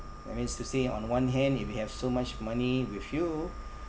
that means to say on one hand if you have so much money with you